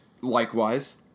Likewise